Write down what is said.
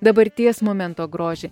dabarties momento grožį